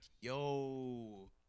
yo